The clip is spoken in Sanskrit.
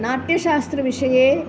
नाट्यशास्त्रविषये